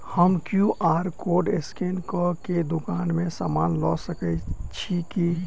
हम QR code scan कऽ केँ दुकान मे समान लऽ सकैत छी की?